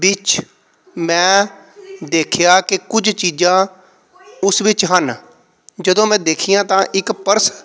ਵਿੱਚ ਮੈਂ ਦੇਖਿਆ ਕਿ ਕੁਝ ਚੀਜ਼ਾਂ ਉਸ ਵਿੱਚ ਹਨ ਜਦੋਂ ਮੈਂ ਦੇਖੀਆਂ ਤਾਂ ਇੱਕ ਪਰਸ